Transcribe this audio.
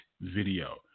video